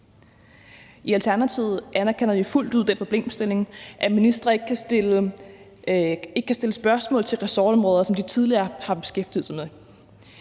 I Alternativet anerkender vi fuldt ud den problemstilling, at ministre ikke kan stilles spørgsmål til ressortområder, som de tidligere har beskæftiget sig med.